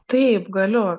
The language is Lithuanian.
taip galiu